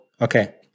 okay